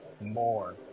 more